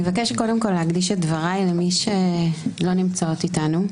אני אבקש להקדיש את דבריי למי שלא נמצאות איתנו.